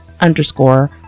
underscore